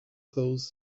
close